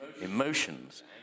emotions